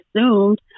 assumed